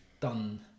done